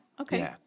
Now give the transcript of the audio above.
Okay